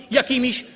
jakimiś